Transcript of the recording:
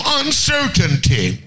uncertainty